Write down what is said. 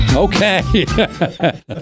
Okay